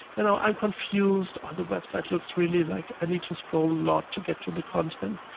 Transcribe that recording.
you know, i'm confused. ah the website looks really like i need to scroll a lot to get to the content.